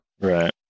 Right